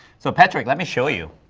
so patrick, let me show you.